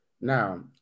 Now